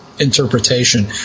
interpretation